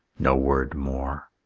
no word more.